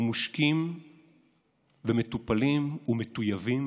ומושקים ומטופלים ומטויבים,